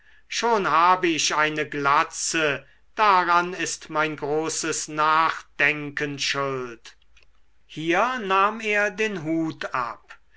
schon habe ich eine glatze daran ist mein großes nachdenkern schuld hier nahm er den hut ab